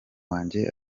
wanjye